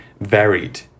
varied